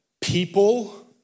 people